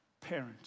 parent